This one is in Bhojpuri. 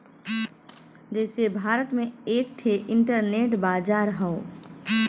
जइसे भारत में एक ठे इन्टरनेट बाजार हौ